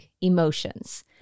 emotions